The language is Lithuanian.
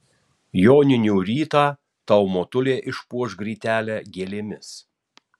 joninių rytą tau motulė išpuoš grytelę gėlėmis